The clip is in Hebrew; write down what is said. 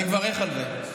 אני מברך על זה,